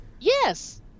Yes